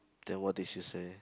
then what did she say